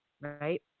right